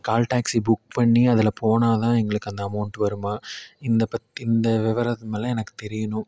கால் taxi book பண்ணி அதில் போனால் தான் எங்களுக்கு அந்த அமௌண்ட் வருமா இந்த பற்றி இந்த விவரம் எல்லாம் எனக்கு தெரியணும்